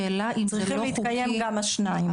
צריכים להתקיים גם השניים.